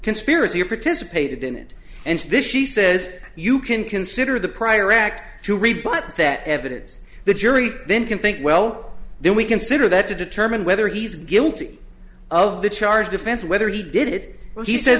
conspiracy or participated in it and this she says you can consider the prior act to rebut that evidence the jury then can think well then we consider that to determine whether he's guilty of the charge defense whether he did it or he says